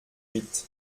huit